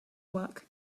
work